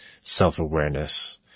self-awareness